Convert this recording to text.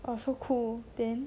!wah! so cool then